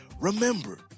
Remember